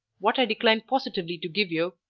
what i decline positively to give you,